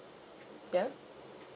ya